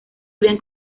habían